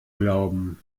glauben